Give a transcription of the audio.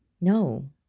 No